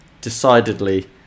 Decidedly